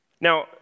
Now